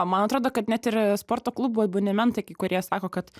man atrodo kad net ir sporto klubų abonementai kai kurie sako kad